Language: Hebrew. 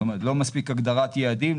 הגדרת יעדים,